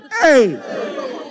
Hey